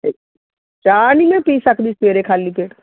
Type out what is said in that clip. okay ਚਾਹ ਨਹੀਂ ਮੈਂ ਪੀ ਸਕਦੀ ਸਵੇਰੇ ਖਾਲੀ ਪੇਟ